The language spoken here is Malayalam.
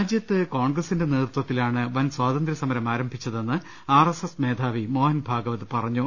രാജ്യത്ത് കോൺഗ്രസിന്റെ നേതൃ ത്വത്തിലാണ് വൻ സ്വാതന്ത്യസമരം ആരംഭിച്ചതെന്ന് ആർ എസ് എസ് നേതാവ് മോഹൻഭാഗവത് പറഞ്ഞു